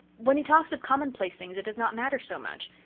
when he talks of commonplace things it does not matter so much,